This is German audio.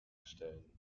stellen